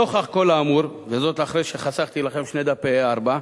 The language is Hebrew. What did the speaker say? נוכח כל האמור, וזאת לאחר שחסכתי לכם שני דפי A4,